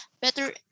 better